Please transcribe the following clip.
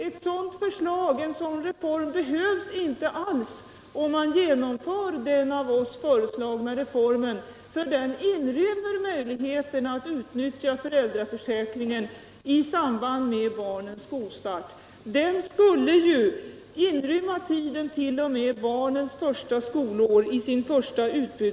En sådan reform behövs inte alls, om man genomför vårt förslag, för det inrymmer möjligheten att utnyttja föräldraförsäkringen i samband med barnens skolstart. Försäkringen skulle ju i sin första utbyggnadsetapp avse tiden t.o.m. barnets första skolår.